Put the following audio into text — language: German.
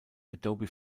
adobe